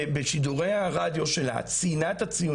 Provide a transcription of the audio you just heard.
בשידורי הרדיו שלה, ציינה זאת.